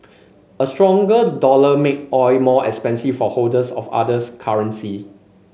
a stronger dollar make oil more expensive for holders of others currency